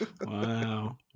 Wow